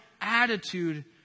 attitude